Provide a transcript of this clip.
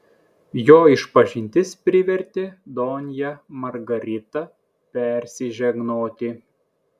jo išpažintis privertė donją margaritą persižegnoti